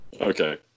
Okay